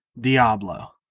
Diablo